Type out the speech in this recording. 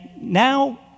now